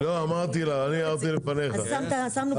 רגע, וכרגע,